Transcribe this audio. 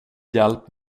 hjälp